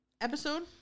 episode